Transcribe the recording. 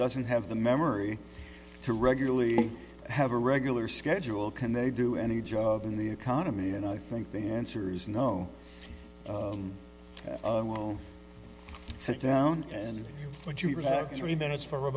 doesn't have the memory to regularly have a regular schedule can they do any job in the economy and i think the answer is no will sit down and three minutes for a